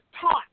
taught